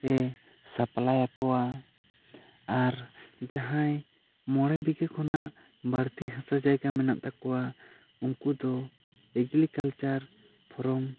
ᱮ ᱥᱟᱯᱞᱟᱣ ᱟᱠᱚᱣᱟ ᱟᱨ ᱡᱟᱦᱟᱸᱭ ᱢᱚᱬᱮ ᱵᱤᱠᱟᱹ ᱠᱷᱚᱱᱟᱜ ᱵᱟ ᱲᱛᱤ ᱦᱟᱥᱟ ᱡᱟᱭᱜᱟ ᱢᱮᱱᱟᱜ ᱛᱟᱠᱚᱣᱟ ᱩᱱᱠᱩ ᱫᱚ ᱮᱜᱽᱨᱤᱠᱟᱞᱪᱟᱨ ᱯᱷᱨᱚᱢ